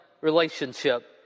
relationship